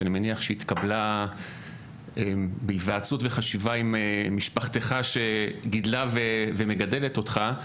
שאני מניח שהיא התקבלה בהיוועצות וחשיבה עם משפחתך שחינכה ומגדלת אותך,